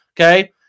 Okay